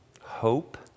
hope